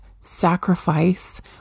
sacrifice